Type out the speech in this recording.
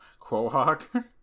Quahog